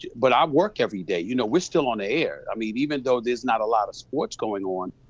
but i work everyday you know, we're still on air, i mean even though there's not a lot of sports going on,